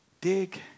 dig